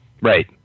Right